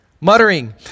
muttering